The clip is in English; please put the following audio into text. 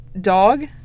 dog